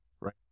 right